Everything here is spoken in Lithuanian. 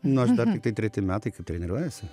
nu aš dar tiktai treti metai kaip treniruojuosi